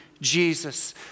Jesus